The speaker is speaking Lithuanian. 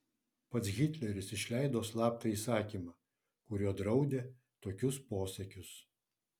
pats hitleris išleido slaptą įsakymą kuriuo draudė tokius posakius